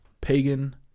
pagan